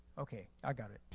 okay. i got it.